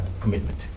commitment